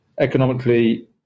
economically